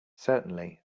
certainly